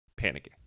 panicking